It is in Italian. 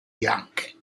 bianche